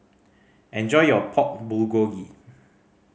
enjoy your Pork Bulgogi